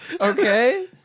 Okay